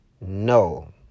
No